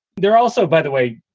they're also, by the way,